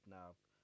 now